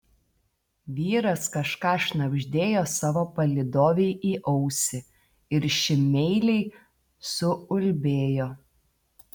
vyras kažką šnabždėjo savo palydovei į ausį ir ši meiliai suulbėjo